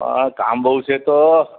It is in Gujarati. પણ આ કામ બહુ છે તો